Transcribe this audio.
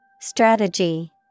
Strategy